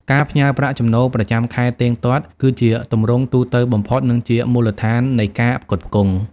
ការផ្ញើប្រាក់ចំណូលប្រចាំខែទៀងទាត់ គឺជាទម្រង់ទូទៅបំផុត និងជាមូលដ្ឋាននៃការផ្គត់ផ្គង់។